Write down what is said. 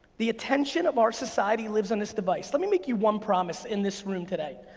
the attention of our society lives on this device. let me make you one promise in this room today.